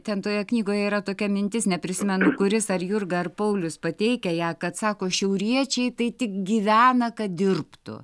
ten toje knygoje yra tokia mintis neprisimenu kuris ar jurga ar paulius pateikia ją kad sako šiauriečiai tai tik gyvena kad dirbtų